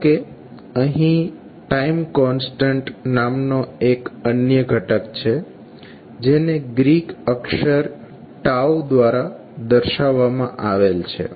ધારો કે અહીં ટાઈમ કોન્સ્ટન્ટ નામનો એક અન્ય ઘટક છે જેને ગ્રીક અક્ષર દ્વારા દર્શાવવામાં આવેલ છે